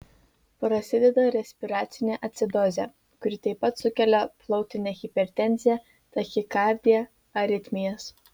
prasideda respiracinė acidozė kuri taip pat sukelia plautinę hipertenziją tachikardiją aritmijas